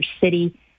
city